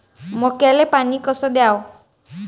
मक्याले पानी कस द्याव?